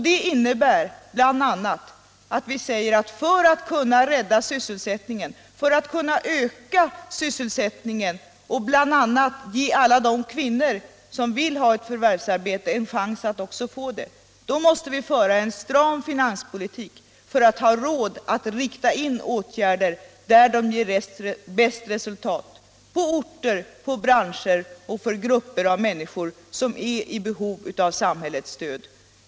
Det innebär bl.a. att vi säger, att för att kunna rädda sysselsättningen, för att kunna öka sysselsättningen och bl.a. ge alla de kvinnor som vill ha förvärvsarbete en chans att också få det, måste vi föra en stram finanspolitik. Det måste vi göra för att ha råd att rikta in åtgärderna där de ger bästa resultat för orter, för branscher och för grupper av människor som är i behov av samhällets stöd.